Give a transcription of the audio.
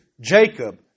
Jacob